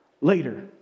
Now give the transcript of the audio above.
later